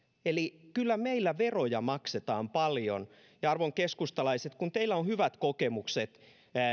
eli kyllä meillä veroja maksetaan paljon ja arvon keskustalaiset kun teillä on hyvät kokemukset